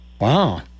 Wow